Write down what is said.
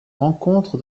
rencontre